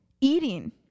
eating